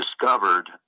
discovered